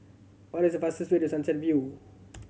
what is the fastest way to Sunset View